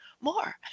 more